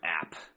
app